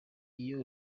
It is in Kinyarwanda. iyo